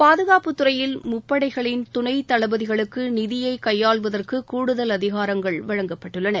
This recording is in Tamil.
பாதுகாப்புத் துறையில் முப்படைகளின் துணை தளபதிகளுக்கு நிதியை கையாள்வதற்கு கூடுதல் அதிகாரங்கள் வழங்கப்பட்டுள்ளன